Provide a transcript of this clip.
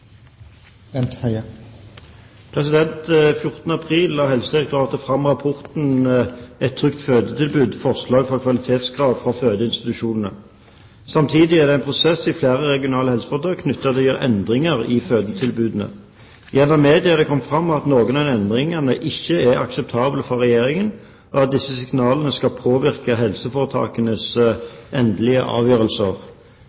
april la Helsedirektoratet fram rapporten «Et trygt fødetilbud - Forslag til kvalitetskrav for fødeinstitusjoner». Samtidig er det en prosess i flere regionale helseforetak knyttet til å gjøre endringer i fødetilbudene. Gjennom media er det kommet frem at noen av endringene ikke er akseptable for Regjeringen, og at disse signalene skal påvirke helseforetakenes